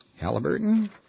Halliburton